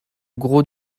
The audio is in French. gros